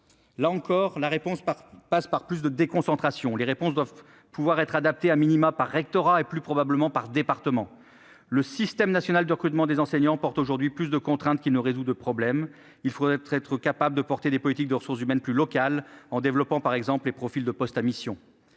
Là encore, la réponse passe par plus de déconcentration. Les réponses doivent pouvoir être adaptées par rectorat et plus probablement par département. Le système national de recrutement des enseignants impose aujourd'hui plus de contraintes qu'il ne résout de problèmes. Il faudrait être capable de concevoir des politiques de ressources humaines plus locales en développant, par exemple, les profils de poste à mission.